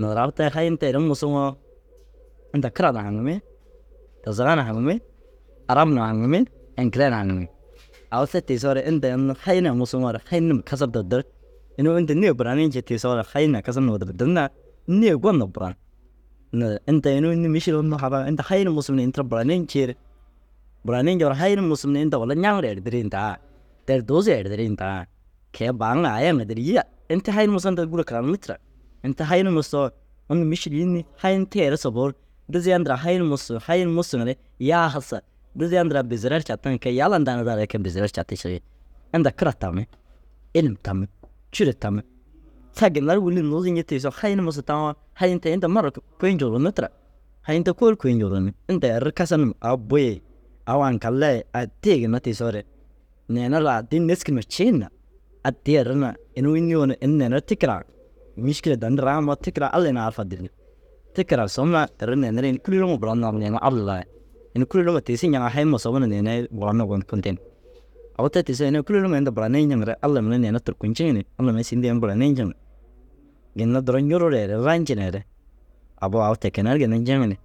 Naazire au te hayin tee re musuŋoo inta kira na haŋimmi dazaga na haŋimmi arab na haŋimmi eŋgile na haŋimmi. Au te tiisoore inta ai unnu hayin ai musuŋoore hayin numa kasar duro dir. Inuu inta nêe buranii njii tiisoore hayin ai kisar numa duro dir na nêe gon na buran. Naazire inta inuu înni? Mîšil unnu halas inta hayin musum ni ini tira buranii ncii ru buranii njoore hayin musum ni inta walla ñaŋir erdirii ndaa der duuzu erdirii ndaa ke- i baa ŋa aya ŋa der îyi ya. Ini te hayin musu inta gûro karanimmi tira. Ini te hayin musoo unnu mîšil înni? Hayin tee re soboo ru diziya ndiraa hayin musuru, hayin musuruŋare yaa hassa diziya ndiraa bizira ru cattuŋa kee yala ndaa na zal ai kee ru bizira ru catušira yi. Inda kira tammi ilim tammi cûru tammi ta ginna ru ŋûlli nuuzu ncii tiisoo hayin musu taŋoo hayin te inta marra du inta kui ncugurunni tira. Hayin te kôoli kui cugurunni. Inta erri kisar numa au bu- i au aŋkalle i addi i ginna tiisoore neere lau addii ru nêski numa ciin na addii erru na inuu înnii yoo na ini neere ru tikiraa mîšikile danni raŋimmo tikiraa Allai na au ru fade bêi. TIkiraa sob na erru neere ru ini kololoma buran na unnu inuu Alla lai ini kôloloma tiisi ñeŋaa haima sob na neene i buran na kun ten. Au te tiisoo ini ai kûluloma inta buranii njiŋare Alla mire i neere turkunciŋi ni Alla mire i sîndu ini buranii njiŋa ginna duro ncurureere rancineere abu au ti kener ginna nceŋi ni.